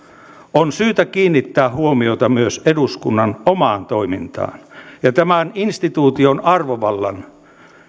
on syytä kiinnittää huomiota myös eduskunnan omaan toimintaan ja tämän instituution arvovallan